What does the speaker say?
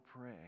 pray